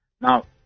Now